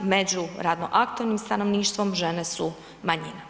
Među radnoaktivnim stanovništvom žene su manjina.